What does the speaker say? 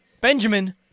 Benjamin